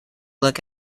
look